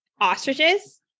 ostriches